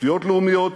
תשתיות לאומיות,